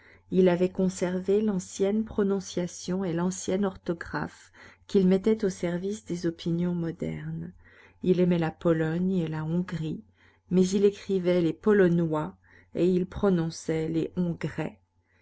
il avait conservé l'ancienne prononciation et l'ancienne orthographe qu'il mettait au service des opinions modernes il aimait la pologne et la hongrie mais il écrivait les polonois et il prononçait les hongrais